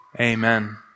amen